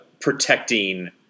protecting